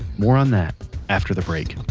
more on that after the break